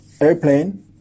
airplane